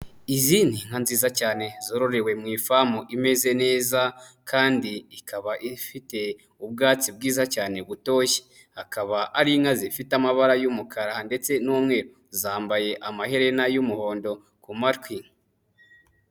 Izi ni inka nziza cyane zororewe mu ifamu imeze neza, kandi ikaba ifite ubwatsi bwiza cyane butoshye, akaba ari inka zifite amabara y'umukara ndetse n'umweru, zambaye amaherena y'umuhondo ku matwi.